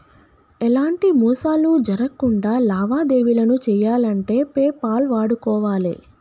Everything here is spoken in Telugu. ఎలాంటి మోసాలు జరక్కుండా లావాదేవీలను చెయ్యాలంటే పేపాల్ వాడుకోవాలే